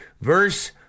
verse